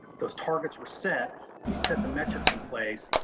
those targets were set, we set the metrics in place.